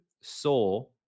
Saw